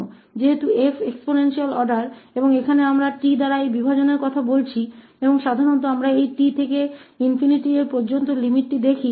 घातांकीय क्रम के संबंध में चूंकि f घातांक क्रम का है और यहां हम t द्वारा इस विभाजन के बारे में बात कर रहे हैं और आम तौर पर हम इस सीमा को 𝑡 से ∞ के दृष्टिकोण से देखते हैं